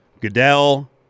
Goodell